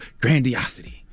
grandiosity